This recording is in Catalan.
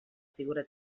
figura